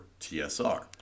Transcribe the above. TSR